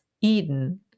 Eden